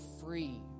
free